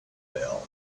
fell